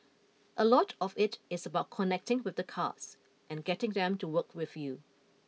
a lot of it is about connecting with the cards and getting them to work with you